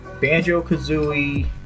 Banjo-Kazooie